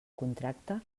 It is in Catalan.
contracte